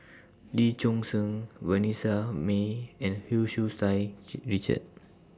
Lee Choon Seng Vanessa Mae and Hu Tsu Tau She Richard